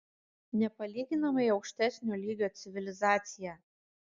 nepalyginamai aukštesnio lygio civilizacija